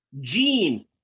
Gene